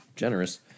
generous